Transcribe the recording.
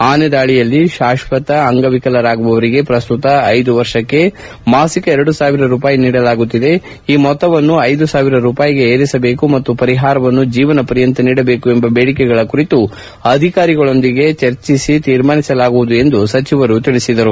ಆನೆ ದಾಳಿಯಲ್ಲಿ ಶಾಶ್ವತ ಅಂಗವಿಕಲರಾಗುವವರಿಗೆ ಪ್ರಸ್ತುತ ಐದು ವರ್ಷಕ್ಕ ಮಾಸಿಕ ಎರಡು ಸಾವಿರ ರೂಪಾಯಿ ನೀಡಲಾಗುತ್ತಿದೆ ಈ ಮೊತ್ತವನ್ನು ಐದು ಸಾವಿರ ರೂಪಾಯಿಗೆ ಏರಿಸಬೇಕು ಮತ್ತು ಪರಿಹಾರವನ್ನು ಜೀವನ ಪರ್ಯಂತ ನೀಡಬೇಕು ಎಂಬ ಬೇಡಿಕೆಗಳ ಕುರಿತು ಅಧಿಕಾರಿಗಳೊಂದಿಗೆ ಚರ್ಚಿಸಿ ತೀರ್ಮಾನಿಸಲಾಗುವುದು ಎಂದು ಅವರು ತಿಳಿಸಿದರು